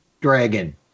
dragon